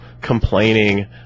complaining